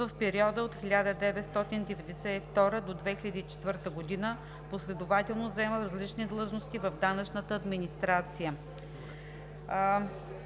В периода от 1992 г. до 2004 г. последователно заема различни длъжности в данъчната администрация.